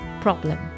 problem